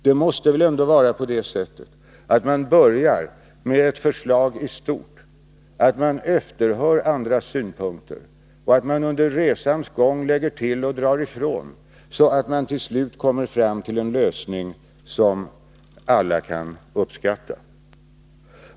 Det måste väl ändå vara på det sättet att man börjar med ett förslag i stort, att man efterhör andras synpunkter och att man under resans gång lägger till och drar ifrån, så att man till slut kommer fram till en lösning som alla kan uppskatta.